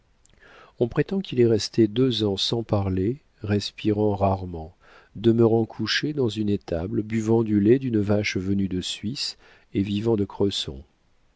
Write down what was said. on prétend qu'il est resté deux ans sans parler respirant rarement demeurant couché dans une étable buvant du lait d'une vache venue de suisse et vivant de cresson